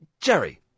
Jerry